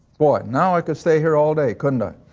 boy, now i could stay here all day couldnt i?